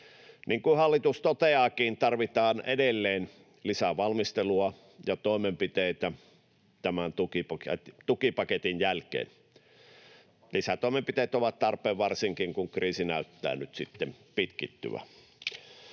Niin kuin hallitus toteaakin, tarvitaan edelleen lisää valmistelua ja toimenpiteitä tämän tukipaketin jälkeen. Lisätoimenpiteet ovat tarpeen varsinkin, kun kriisi näyttää nyt sitten pitkittyvän.